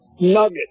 Nugget